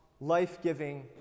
life-giving